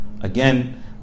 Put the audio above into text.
Again